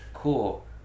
Cool